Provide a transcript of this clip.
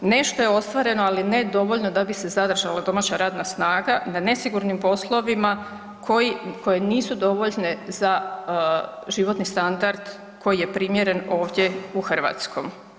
Nešto je ostvareno, ali ne dovoljno da bi se zadržala domaća radna snaga na nesigurnim poslovima koja nisu dovoljna za životni standard koji je primjeren ovdje u Hrvatskoj.